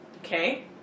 okay